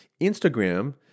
Instagram